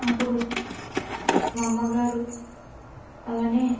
అప్పుడు మా అమ్మగారు అలానే